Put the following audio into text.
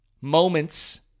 moments